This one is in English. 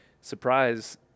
surprise